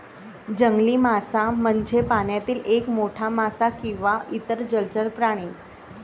जंगली मासा म्हणजे पाण्यातील एक मोठा मासा किंवा इतर जलचर प्राणी